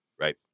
right